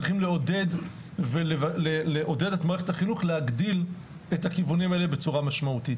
צריכים לעודד את מערכת החינוך להגדיל את הכיוונים האלה בצורה משמעותית.